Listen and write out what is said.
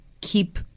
keep